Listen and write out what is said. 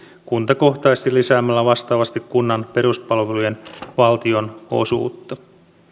kuntakohtaisesti lisäämällä vastaavasti kunnan peruspalvelujen valtionosuutta